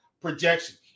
projection